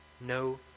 no